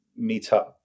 meetup